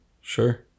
Sure